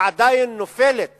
היא עדיין נופלת